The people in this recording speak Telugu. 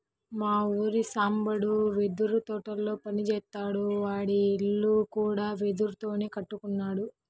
మా ఊరి సాంబడు వెదురు తోటల్లో పని జేత్తాడు, వాడి ఇల్లు కూడా వెదురుతోనే కట్టుకున్నాడు